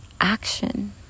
action